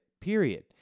Period